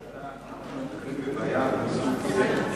השאלה, כשאנחנו נתקלים בבעיה מסוג זה,